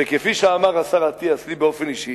שכפי שאמר השר אטיאס לי באופן אישי,